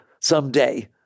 someday